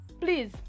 Please